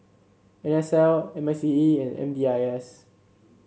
N S L M I C E and M D I S